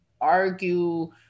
argue